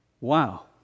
Wow